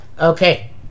Okay